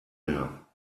mehr